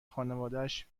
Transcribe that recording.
خانوادش